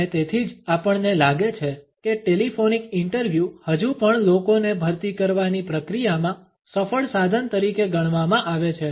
અને તેથી જ આપણને લાગે છે કે ટેલિફોનિક ઇન્ટરવ્યુ હજુ પણ લોકોને ભરતી કરવાની પ્રક્રિયામાં સફળ સાધન તરીકે ગણવામાં આવે છે